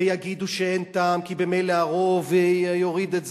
ויגידו שאין טעם כי ממילא הרוב יוריד את זה,